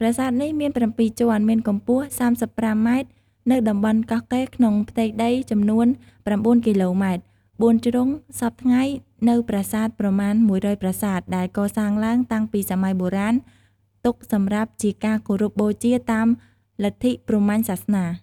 ប្រាសាទនេះមាន៧ជាន់ មានកំពស់ ៣៥ម៉ែត្រ នៅតំបន់កោះកេរ្តិ៍ក្នុងផ្ទៃដីចំនួន៩គីឡូម៉ែត្រ ៤ជ្រុងសព្វថ្ងៃនូវប្រាសាទប្រមាណ១០០ប្រាសាទ ដែលកសាងឡើងតាំងពីសម័យបុរាណ ទុកសំរាប់ជាការគោរពបូជាតាមលទ្ធិព្រហ្មញ្ញសាសនា។